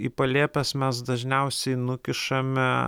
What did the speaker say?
į palėpes mes dažniausiai nukišame